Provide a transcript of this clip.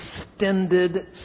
extended